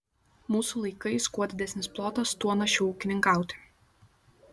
mūsų laikais kuo didesnis plotas tuo našiau ūkininkauti